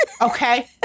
Okay